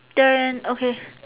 then okay